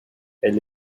elle